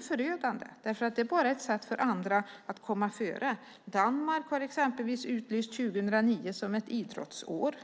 förödande. Det är bara ett sätt för andra att komma före. Danmark har exempelvis utlyst 2009 som ett idrottsår.